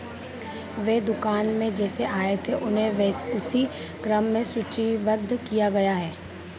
वे दुकान में जैसे आए थे उन्हें वैसे उसी क्रम में सूचीबद्ध किया गया है